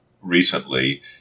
recently